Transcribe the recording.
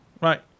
Right